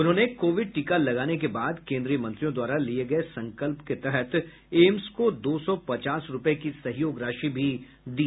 उन्होंने कोविड टीका लगाने के बाद केन्द्रीय मंत्रियों द्वारा लिये गये संकल्प के तहत एम्स को दो सौ पचास रूपये की सहयोग राशि भी दी